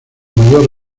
mayor